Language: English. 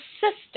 sister